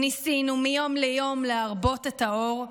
ניסינו מיום ליום להרבות את האור,